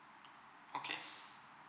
okay